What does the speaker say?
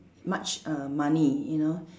much err money you know